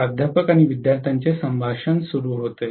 प्राध्यापक विद्यार्थ्यांची संभाषण सुरू होते